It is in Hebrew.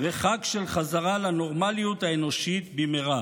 וחג של חזרה לנורמליות האנושית במהרה.